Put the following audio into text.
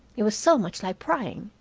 it was so much like prying.